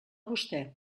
vostè